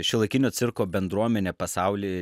šiuolaikinio cirko bendruomenė pasauly